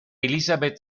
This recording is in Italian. elizabeth